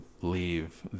leave